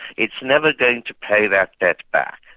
it's never going to pay that debt back.